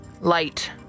Light